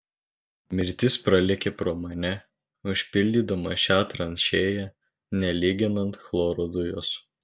mirtis pralėkė pro mane užpildydama šią tranšėją nelyginant chloro dujos